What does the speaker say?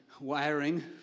wiring